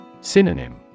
Synonym